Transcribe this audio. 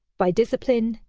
by discipline,